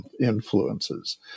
influences